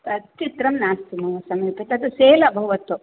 तत् चित्रं नास्ति मम समीपे तद् सेल् अभवत्